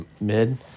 mid